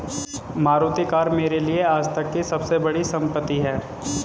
Maruti car मेरे लिए आजतक की सबसे बड़ी संपत्ति है